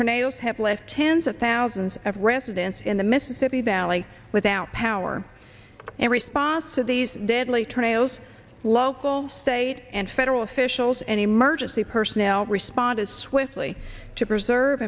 trails have left tens of thousands of residents in the mississippi valley without power in response to these deadly tornadoes local state and fed officials and emergency personnel respond as swiftly to preserve